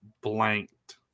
blanked